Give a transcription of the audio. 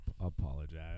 Apologize